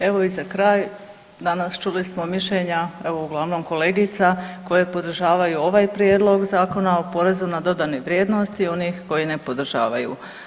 Evo i za kraj danas čuli smo mišljenje uglavnom kolegica koje podržavaju ovaj Prijedlog zakona o porezu na dodane vrijednosti onih koji ne podržavaju.